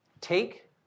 take